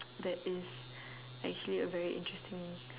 that is actually a very interesting